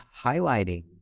highlighting